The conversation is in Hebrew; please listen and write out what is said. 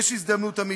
יש הזדמנות אמיתית,